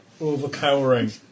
overpowering